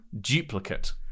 Duplicate